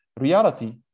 reality